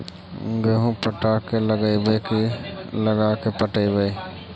गेहूं पटा के लगइबै की लगा के पटइबै?